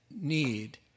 need